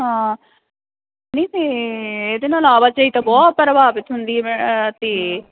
ਹਾਂ ਨਹੀਂ ਤਾਂ ਇਹਦੇ ਨਾਲ ਆਵਾਜਾਈ ਤਾਂ ਬਹੁਤ ਪ੍ਰਭਾਵਿਤ ਹੁੰਦੀ ਹੈ ਅਤੇ